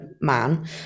man